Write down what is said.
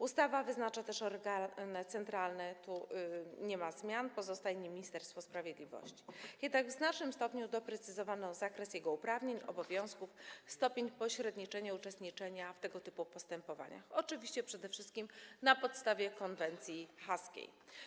Ustawa wyznacza też organ centralny, tu nie ma zmian, pozostaje nim Ministerstwo Sprawiedliwości, jednak w znacznym stopniu doprecyzowano zakres jego uprawnień, obowiązków, stopień pośredniczenia, uczestniczenia w tego typu postępowaniach, oczywiście przede wszystkim na podstawie konwencji haskiej.